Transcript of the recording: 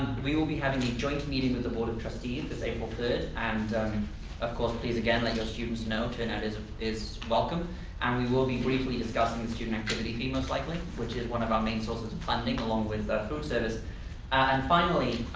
we will be having a joint meeting with the board of trustees this april third and of course, please again, let your students know, turn out is is welcome and we will be briefly discussing and student activity fee most likely which is one of our main sources of funding along with food service and finally,